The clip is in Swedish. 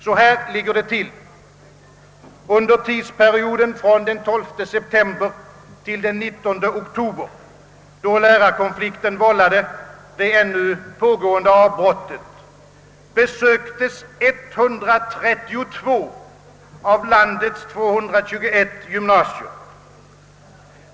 Så här ligger det till. Under tidsperioden från den 12 september till den 19 oktober, då lärarkonflikten vållade det ännu pågående avbrottet, besöktes 132 av landets 221 gymnasier.